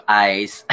eyes